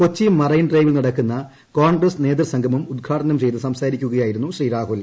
Kochi marine ഡ്രൈവിൽ നടക്കുന്ന കോൺഗ്രസ് നേതൃസംഗമം ഉദ്ഘാടനം ചെയ്ത് സംസാരിക്കുകയായിരുന്നു ശ്രീ രാഹുൽ